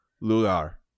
Lugar